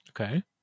Okay